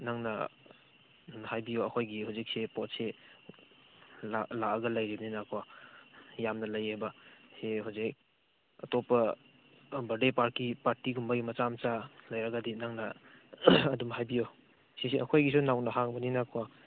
ꯅꯪꯅ ꯍꯥꯏꯕꯤꯌꯣ ꯑꯩꯈꯣꯏꯒꯤ ꯍꯧꯖꯤꯛꯁꯦ ꯄꯣꯠꯁꯦ ꯂꯥꯛꯂꯒ ꯂꯩꯔꯤꯕꯅꯤꯅꯀꯣ ꯌꯥꯝꯅ ꯂꯩꯌꯦꯕ ꯁꯤ ꯍꯧꯖꯤꯛ ꯑꯇꯣꯞꯄ ꯕꯥꯔꯗꯦ ꯄꯥꯔꯇꯤꯒꯨꯝꯕꯒꯤ ꯃꯆꯥ ꯃꯆꯥ ꯂꯩꯔꯒꯗꯤ ꯅꯪꯅ ꯑꯗꯨꯝ ꯍꯥꯏꯕꯤꯌꯣ ꯁꯤꯁꯤ ꯑꯩꯈꯣꯏꯒꯤꯁꯤ ꯅꯧꯅ ꯍꯥꯡꯕꯅꯤꯅꯀꯣ